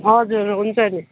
हजुर हुन्छ नि